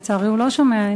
לצערי הוא לא שומע,